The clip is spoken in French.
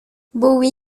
bowie